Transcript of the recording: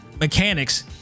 mechanics